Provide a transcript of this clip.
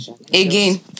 again